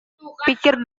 pikir